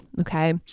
Okay